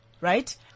Right